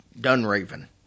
Dunraven